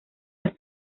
las